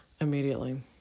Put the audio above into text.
immediately